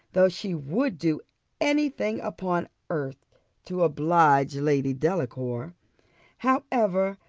though she would do any thing upon earth to oblige lady delacour however,